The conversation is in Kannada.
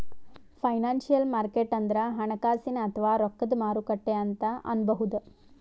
ಫೈನಾನ್ಸಿಯಲ್ ಮಾರ್ಕೆಟ್ ಅಂದ್ರ ಹಣಕಾಸಿನ್ ಅಥವಾ ರೊಕ್ಕದ್ ಮಾರುಕಟ್ಟೆ ಅಂತ್ ಅನ್ಬಹುದ್